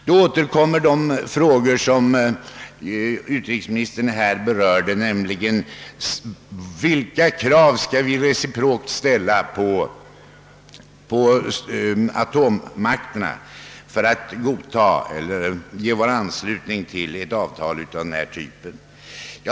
Då kommer man in på de frågor som utrikesministern berörde, nämligen vilka krav vi reciprokt skall ställa på atommakterna för att vi skall kunna ge vår anslutning till ett avtal av denna typ.